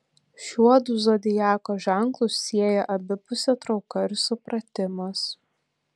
šiuodu zodiako ženklus sieja abipusė trauka ir supratimas